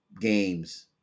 games